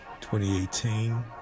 2018